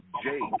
Jake